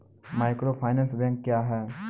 Microfinance bank क्या हैं?